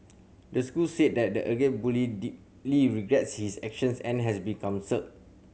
the school said that the alleged bully deeply regrets his actions and has been counselled